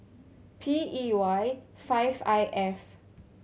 P E Y five I F